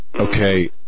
Okay